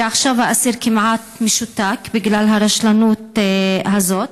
ועכשיו האסיר כמעט משותק בגלל הרשלנות הזאת,